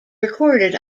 recorded